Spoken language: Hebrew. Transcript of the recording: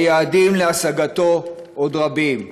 והיעדים להשגתו עוד רבים.